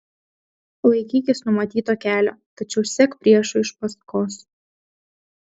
laikykis numatyto kelio tačiau sek priešui iš paskos